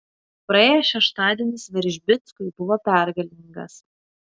praėjęs šeštadienis veržbickui buvo pergalingas